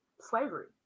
slavery